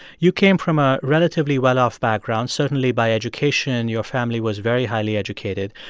you came from a relatively well-off background, certainly by education. your family was very highly educated.